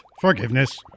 forgiveness